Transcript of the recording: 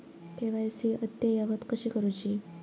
KYC अद्ययावत कशी करुची?